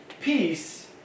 peace